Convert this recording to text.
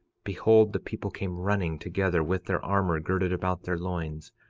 behold, the people came running together with their armor girded about their loins,